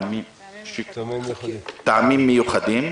טעמים מיוחדים.